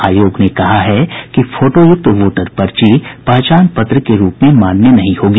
आयोग ने कहा है कि फोटोयुक्त वोटर पर्ची पहचान पत्र के रूप में मान्य नहीं होगी